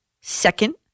Second